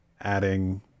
adding